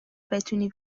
بتونی